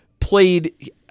played –